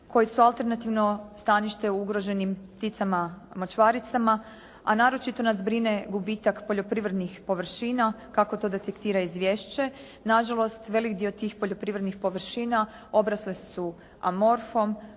koji su alternativno stanište ugroženim pticama močvaricama, a naročito nas brine gubitak poljoprivrednih površina kako to detektira izvješće. Na žalost veliki dio tih poljoprivrednih površina obrasle su amorfom,